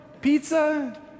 pizza